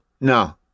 No